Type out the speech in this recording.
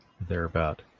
Thereabout